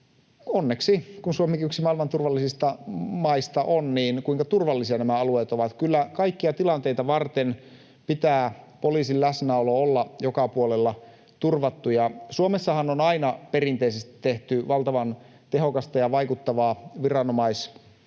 Suomikin on onneksi yksi maailman turvallisista maista — kuinka turvallisia nämä alueet ovat. Kyllä kaikkia tilanteita varten pitää poliisin läsnäolon olla joka puolella turvattu. Suomessahan on aina perinteisesti tehty valtavan tehokasta ja vaikuttavaa viranomaisyhteistyötä.